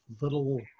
little